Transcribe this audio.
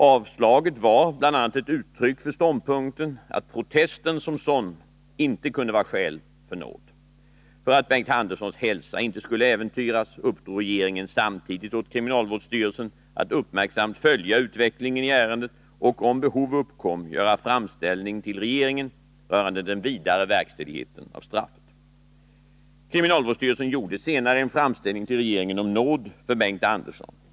Avslaget var bl.a. ett uttryck för ståndpunkten att protesten som sådan inte kunde vara skäl för nåd. För att Bengt Anderssons hälsa inte skulle äventyras uppdrog regeringen samtidigt åt kriminalvårdsstyrelsen att uppmärksamt följa utvecklingen i ärendet och om behov uppkom göra framställning till regeringen rörande den vidare verkställigheten av straffet. Kriminalvårdsstyrelsen gjorde senare en framställning till regeringen om nåd för Bengt Andersson.